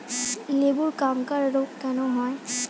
লেবুর ক্যাংকার রোগ কেন হয়?